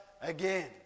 again